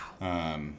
Wow